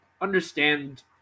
understand